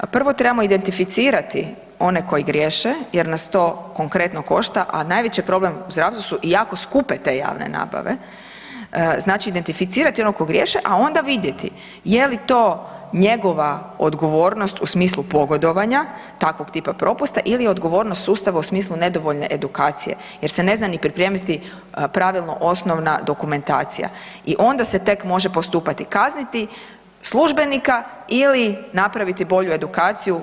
Prvo trebamo identificirati one koji griješe jer nas to konkretno košta, a najveći je problem u zdravstvu su i jako skupe te javne nabave, znači identificirati one koji griješe, a onda vidjeti je li to njegova odgovornost u smislu pogodovanja takvog tipa propusta ili odgovornost sustava u smislu nedovoljne edukacije jer se ne zna ni pripremiti pravilno osnovna dokumentacija i onda se tek može postupati i kazniti službenika ili napraviti bolju edukaciju i kazniti upravu.